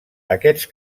aquests